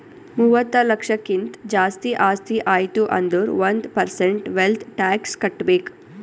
ಮೂವತ್ತ ಲಕ್ಷಕ್ಕಿಂತ್ ಜಾಸ್ತಿ ಆಸ್ತಿ ಆಯ್ತು ಅಂದುರ್ ಒಂದ್ ಪರ್ಸೆಂಟ್ ವೆಲ್ತ್ ಟ್ಯಾಕ್ಸ್ ಕಟ್ಬೇಕ್